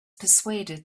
persuaded